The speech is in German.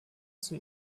zum